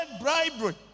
bribery